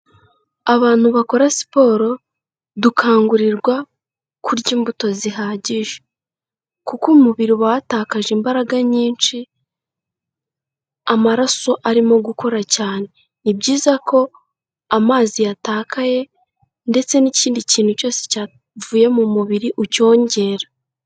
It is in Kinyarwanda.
Abantu bakora siporo dukangurirwa kurya imbuto zihagije, kuko umubiri uba watakaje imbaraga nyinshi amaraso arimo gukora cyane, ni byiza ko amazi yatakaye ndetse n'ikindi kintu cyose cyavuye mu mubiri ucyongera.